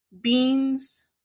beans